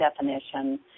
definition